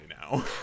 now